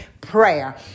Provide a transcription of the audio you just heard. prayer